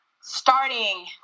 starting